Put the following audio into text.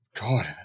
God